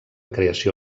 creació